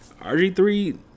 RG3